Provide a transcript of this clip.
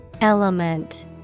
Element